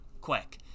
quick